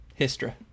Histra